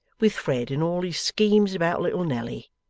with fred in all his scheme about little nelly,